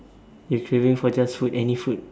you craving for just food any food